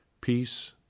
peace